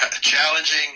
challenging